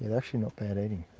and actually not bad eating